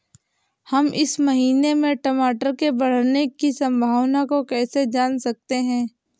हम इस महीने में टमाटर के बढ़ने की संभावना को कैसे जान सकते हैं?